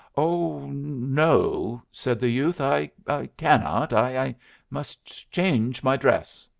oh no! said the youth. i cannot. i i must change my dress.